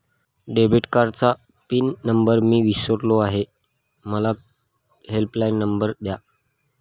debit कार्डचा pin number मी विसरलो आहे मला हेल्पलाइन नंबर द्या